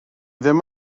ddim